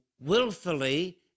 Willfully